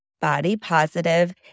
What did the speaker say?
body-positive